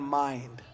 mind